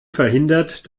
verhindert